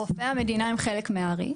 רופאי המדינה הם חלק מהר"י,